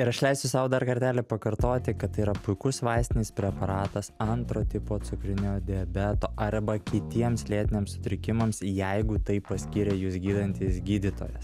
ir aš leisiu sau dar kartelį pakartoti kad tai yra puikus vaistinis preparatas antro tipo cukrinio diabeto arba kitiems lėtiniams sutrikimams jeigu taip paskyrė jus gydantis gydytojas